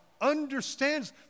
understands